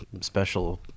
special